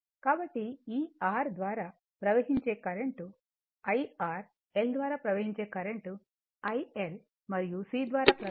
కాబట్టి ఈ R ద్వారా ప్రవహించే కరెంట్ IR L ద్వారా ప్రవహించే కరెంట్ IL మరియు C ద్వారా ప్రవహించే కరెంట్ IC